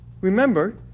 remember